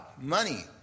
money